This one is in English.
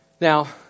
Now